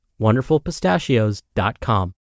wonderfulpistachios.com